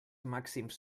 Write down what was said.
màxims